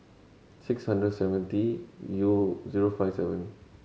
six hundred seventy zero five seven